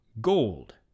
Gold